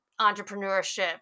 entrepreneurship